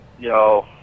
Yo